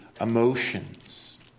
emotions